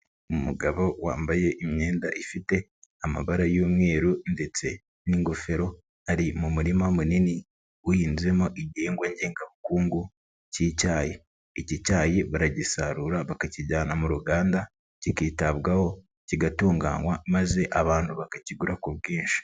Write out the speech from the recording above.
Umugabo wambaye imyenda ifite amabara y'umweru ndetse n'ingofero ari mu murima munini uhinzemo igihingwa ngengabukungu k'icyayi, iki cyayi baragisarura bakakijyana muri Uganda kikitabwaho kigatunganywa maze abantu bakakigura ku bwinshi.